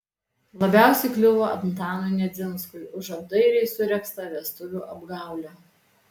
labiausiai kliuvo antanui nedzinskui už apdairiai suregztą vestuvių apgaulę